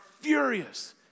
furious